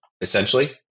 essentially